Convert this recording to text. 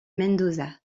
mendoza